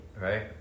Right